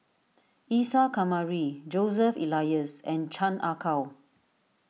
Isa Kamari Joseph Elias and Chan Ah Kow